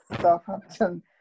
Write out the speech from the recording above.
Southampton